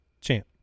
champ